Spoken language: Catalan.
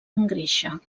engreixa